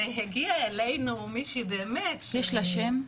והגיעה אלינו באמת --- יש לה שם?